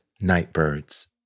nightbirds